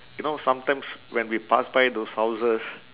you know sometimes when we pass by those houses